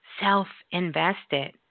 self-invested